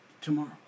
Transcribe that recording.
tomorrow